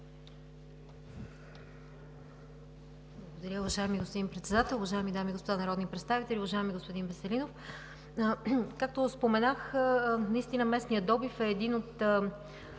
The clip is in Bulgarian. Благодаря, уважаеми господин Председател. Уважаеми дами и господа народни представители! Уважаеми господин Веселинов, както споменах, местният добив е един от